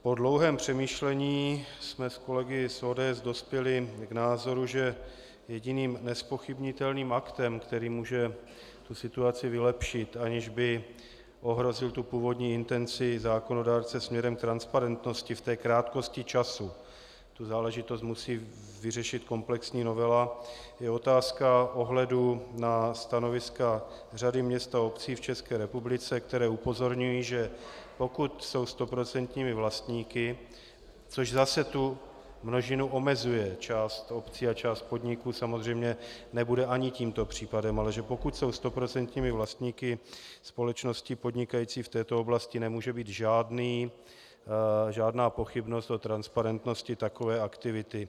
Po dlouhém přemýšlení jsme s kolegy z ODS dospěli k názoru, že jediným nezpochybnitelným aktem, který může situaci vylepšit, aniž by ohrozil původní intenci zákonodárce směrem k transparentnosti v té krátkosti času, tu záležitost musí vyřešit komplexní novela, je otázka ohledu na stanoviska řady měst a obcí v České republice, která upozorňují, že pokud jsou stoprocentními vlastníky, což zase tu množinu omezuje, část obcí a část podniků samozřejmě nebude ani tímto případem, ale že pokud jsou stoprocentními vlastníky společnosti podnikající v této oblasti, nemůže být žádná pochybnost o transparentnosti takové aktivity.